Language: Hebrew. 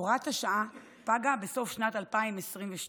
הוראת השעה פגה בסוף שנת 2022,